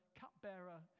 cupbearer